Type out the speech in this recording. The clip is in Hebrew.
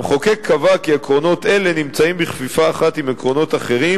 המחוקק קבע כי עקרונות אלה נמצאים בכפיפה אחת עם עקרונות אחרים,